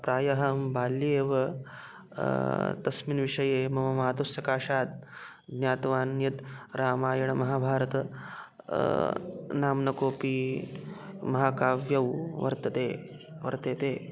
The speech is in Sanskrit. प्रायः अहं बाल्ये एव तस्मिन् विषये मम मातुस्सकाशात् ज्ञातवान् यत् रामायणमहाभारतं नाम्नः कोपि महाकाव्ये वर्तेते वर्तेते